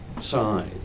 side